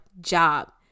job